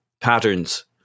patterns